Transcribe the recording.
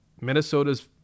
Minnesota's